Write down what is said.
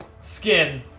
skin